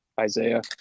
Isaiah